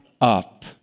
up